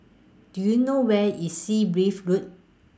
Do YOU know Where IS Sea Breeze Road